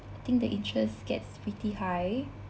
I think the interest gets pretty high